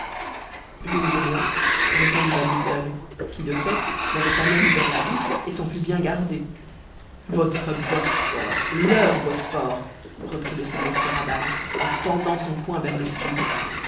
je ne dis rien répondit van mitten qui de fait n'avait pas même ouvert la bouche et s'en fût bien gardé votre bosphore leur bosphore reprit la seigneur kéraban en tendant son poing vers le sud